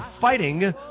fighting